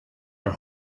her